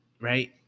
right